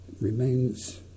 remains